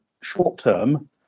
short-term